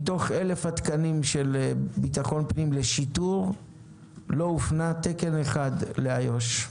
מתוך אלף התקנים של ביטחון פנים לשיטור לא הופנה תקן אחד לאיו"ש.